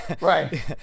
Right